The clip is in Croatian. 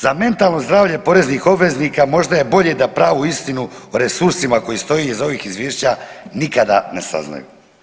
Za mentalno zdravlje poreznih obveznika možda je bolje da pravu istinu o resursima koji stoji iz ovih izvješća nikada ne saznaju.